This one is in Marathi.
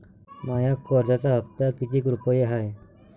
माया कर्जाचा हप्ता कितीक रुपये हाय?